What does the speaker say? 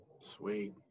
Sweet